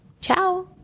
Ciao